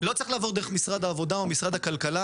לא צריך לעבור דרך משרד העבודה או משרד הכלכלה